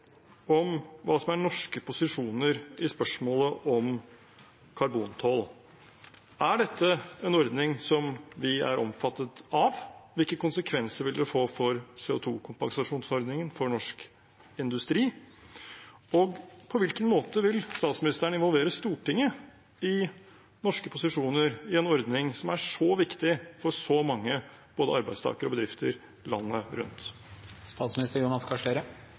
om hva som er norske posisjoner i spørsmålet om karbontoll? Er dette en ordning som vi er omfattet av? Hvilke konsekvenser vil CO 2 -kompensasjonsordningen få for norsk industri, og på hvilken måte vil statsministeren involvere Stortinget i norske posisjoner i en ordning som er så viktig for så mange, både arbeidstakere og bedrifter landet